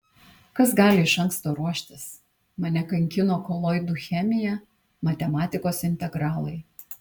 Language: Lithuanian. kas gali iš anksto ruoštis mane kankino koloidų chemija matematikos integralai